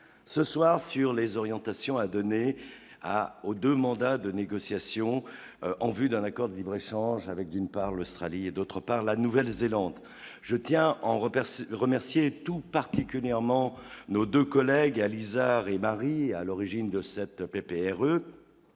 ce soir sur les orientations à donner à aux 2 mandats de négociations en vue d'un accord du Bressan avec d'une part, l'Australie et d'autre part, la Nouvelle-Zélande, je tiens en repère remercier tout particulièrement nos 2 collègues réalisateurs et Marie est à l'origine de cette PPR